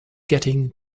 getting